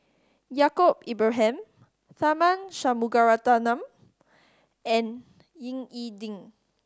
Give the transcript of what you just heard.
Yaacob Ibrahim Tharman Shanmugaratnam and Ying E Ding